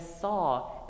saw